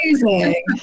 Amazing